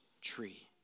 tree